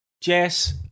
jess